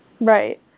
Right